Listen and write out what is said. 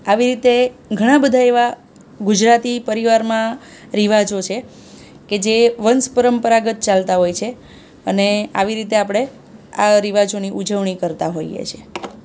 આવી રીતે ઘણા બધા એવા ગુજરાતી પરિવારમાં રિવાજો છે કે જે વંશ પરંપરાગત ચાલતા હોય છે અને આવી રીતે આપણે આ રિવાજોની ઉજવણી કરતા હોઈએ છીએ